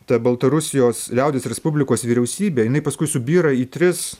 ta baltarusijos liaudies respublikos vyriausybė jinai paskui subyra į tris